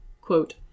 Quote